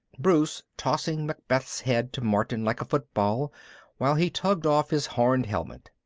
bruce tossing macbeth's head to martin like a football while he tugged off his horned helmet,